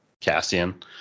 cassian